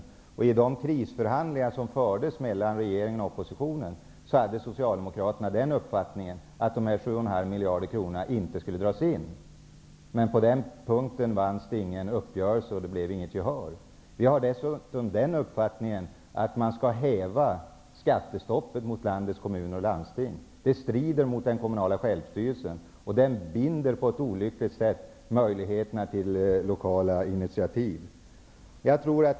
I de krisförhandlingar som fördes mellan regeringen och oppositionen hade Socialdemokraterna den uppfattningen att dessa 7,5 miljarder kronor inte skulle dras in. Men på den punkten blev det ingen uppgörelse och inget gehör. Vi har dessutom den uppfattningen att man skall häva skattestoppet mot landets kommuner och landsting. Det strider mot den kommunala självstyrelsen. Det binder på ett olyckligt sätt möjligheterna till lokala initiativ.